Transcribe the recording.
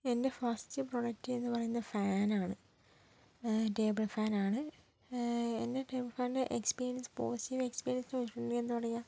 എൻ്റെ first product എന്ന് പറയുന്ന ഫാൻ ആണ് ടേബിൾ ഫാനാണ് എൻ്റെ ടേബിൾ ഫാനിൻ്റെ എക്സ്പീരിയൻസ് പോസിറ്റീവ് എക്സ്പീരിയൻസ് ചോദിക്കാൻ തുടങ്ങിയാൽ എന്താപറയുക